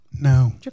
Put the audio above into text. No